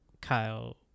Kyle